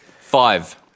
Five